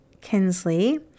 Kinsley